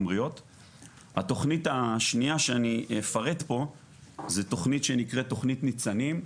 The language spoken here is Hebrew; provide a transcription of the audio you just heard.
התוכנית השנייה שאני אפרט פה זה תוכנית שנקראת תוכנית ניצנים,